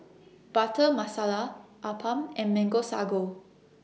Butter Masala Appam and Mango Sago